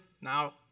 Now